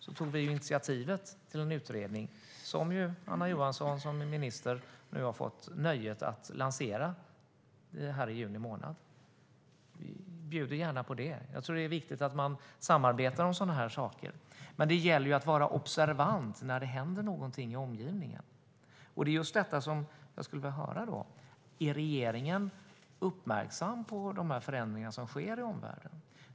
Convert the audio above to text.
Vi tog därför initiativ till en utredning, som Anna Johansson som minister kommer att få nöjet att "lansera" i juni månad. Vi bjuder gärna på det. Jag tror att det är viktigt att man samarbetar om sådana här saker. Men det gäller att vara observant när det händer någonting i omgivningen. Det är just detta som jag skulle vilja fråga om. Är regeringen uppmärksam på de förändringar som sker i omvärlden?